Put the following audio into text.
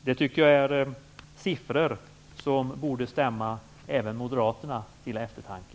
Det tycker jag är siffror som borde stämma även modernaterna till eftertanke.